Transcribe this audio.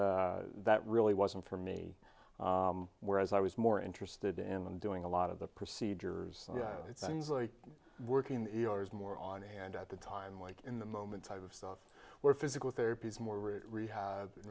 that really wasn't for me whereas i was more interested in doing a lot of the procedures things like working more on hand at the time like in the moment type of stuff where physical therapy is more rehab